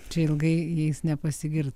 čia ilgai jais nepasigirt